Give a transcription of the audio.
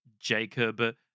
Jacob